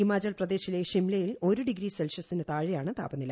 ഹിമാചൽ പ്രദേശിലെ ഷിംലയിൽ ഒരു ഡിഗ്രി സെൽഷ്യസിന് താഴെയാണ് താപനില